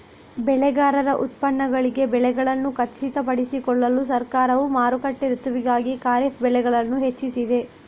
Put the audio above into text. ಬೆಳೆಗಾರರ ಉತ್ಪನ್ನಗಳಿಗೆ ಬೆಲೆಗಳನ್ನು ಖಚಿತಪಡಿಸಿಕೊಳ್ಳಲು ಸರ್ಕಾರವು ಮಾರುಕಟ್ಟೆ ಋತುವಿಗಾಗಿ ಖಾರಿಫ್ ಬೆಳೆಗಳನ್ನು ಹೆಚ್ಚಿಸಿದೆ